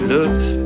Looks